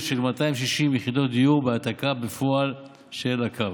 של 260 יחידות דיור בהעתקה בפועל של הקו.